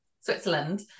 Switzerland